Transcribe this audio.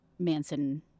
Manson